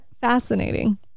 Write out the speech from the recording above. fascinating